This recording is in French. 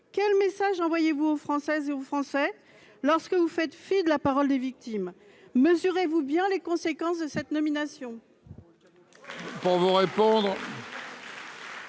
quel message envoyez-vous aux Françaises et aux Français lorsque vous faites fi de la parole des victimes ? Mesurez-vous bien les conséquences de cette nomination ?